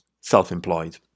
self-employed